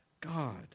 God